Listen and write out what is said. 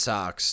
Sox